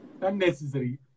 unnecessary